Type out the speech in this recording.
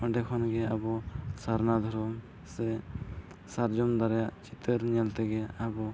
ᱚᱸᱰᱮ ᱠᱷᱚᱱᱜᱮ ᱟᱵᱚ ᱥᱟᱨᱱᱟ ᱫᱷᱚᱨᱚᱢ ᱥᱮ ᱥᱟᱨᱡᱚᱢ ᱫᱟᱨᱮ ᱨᱮᱭᱟᱜ ᱪᱤᱛᱟᱹᱨ ᱧᱮᱞ ᱛᱮᱜᱮ ᱟᱵᱚ